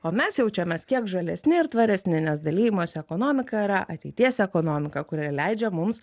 o mes jaučiamės kiek žalesni ir tvaresni nes dalijimosi ekonomika yra ateities ekonomika kuri leidžia mums